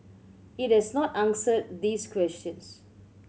it has not answered these questions